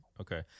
Okay